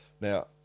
Now